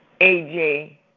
AJ